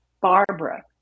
Barbara